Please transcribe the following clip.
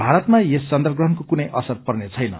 भारतमा यस चन्द्रग्रहणको कुनै असर पर्नेछैन